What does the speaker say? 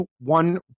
one